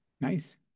nice